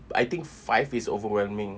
but I think five is overwhelming